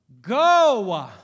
Go